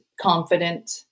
confident